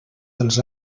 dels